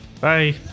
Bye